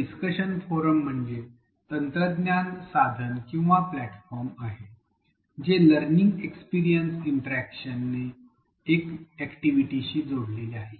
तर discussion forum म्हणजे तंत्रज्ञान साधन किंवा प्लॅटफॉर्म आहे जे लर्निंग एक्सपीरिएन्स इंटरअॅक्शन LxI अॅक्टिव्हिटीशी जोडलेले आहे